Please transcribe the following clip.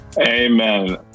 Amen